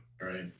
Right